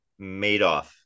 Madoff